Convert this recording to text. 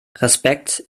respekt